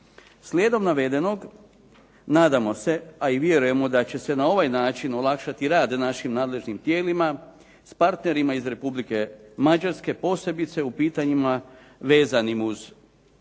Slijedom navedenog nadamo se, a i vjerujemo da će se na ovaj način olakšati rad našim nadležnim tijelima s partnerima iz Republike Mađarske, posebice u pitanjima vezanim uz međusobnu